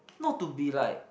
not to be like